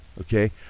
okay